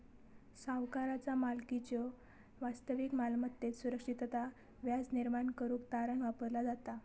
सावकाराचा मालकीच्यो वास्तविक मालमत्तेत सुरक्षितता व्याज निर्माण करुक तारण वापरला जाता